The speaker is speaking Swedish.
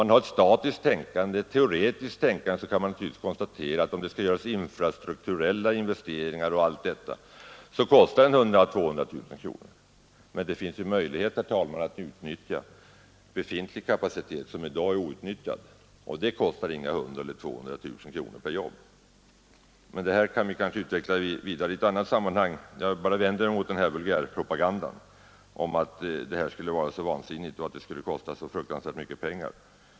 Med ett statiskt och teoretiskt tänkande kan man naturligtvis konstatera, att om det skall göras infrastrukturella investeringar m.m. så kostar det så mycket. Men det finns ju möjligheter att utnyttja i dag outnyttjad befintlig kapacitet, och det kostar inga 100 000 kronor eller 200 000 kronor per jobb. Jag har dock velat vända mig mot vulgärpropagandan att vårt förslag skulle vara så vansinnigt och kosta så fruktansvärt mycket pengar för sitt realiserande.